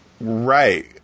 Right